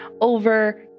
over